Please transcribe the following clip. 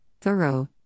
thorough